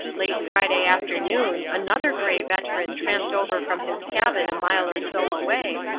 late friday afternoon another gray veteran tramped over from his cabin a mile or so away,